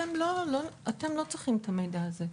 אתם לא צריכים את המידע הזה,